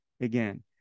again